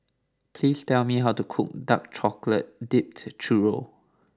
please tell me how to cook Dark Chocolate Dipped Churro